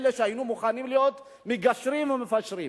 אלה שהיו מוכנים להיות מגשרים ומפשרים.